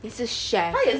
你是 chef